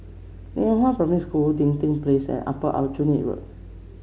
Lianhua Primary School Dinding Place and Upper Aljunied Road